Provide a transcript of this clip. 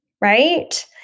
Right